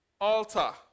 altar